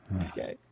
Okay